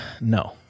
No